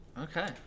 Okay